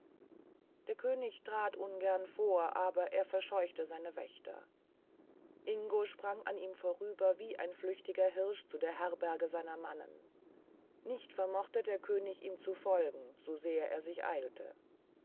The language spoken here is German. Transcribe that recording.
der könig trat ungern vor aber er verscheuchte seine wächter ingo sprang an ihm vorüber wie ein flüchtiger hirsch zu der herberge seiner mannen nicht vermochte der könig ihm zu folgen so sehr er sich eilte